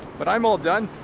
but i'm all done.